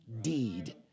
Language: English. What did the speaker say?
deed